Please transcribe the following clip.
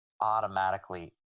automatically